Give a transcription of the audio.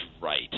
right